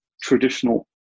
traditional